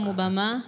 Obama